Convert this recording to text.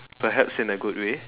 perhaps in a good way